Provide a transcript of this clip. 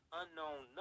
unknown